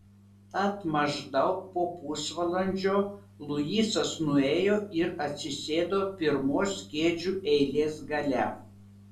tad maždaug po pusvalandžio luisas nuėjo ir atsisėdo pirmos kėdžių eilės gale